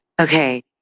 Okay